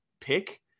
pick